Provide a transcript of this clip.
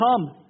come